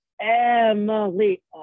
Emily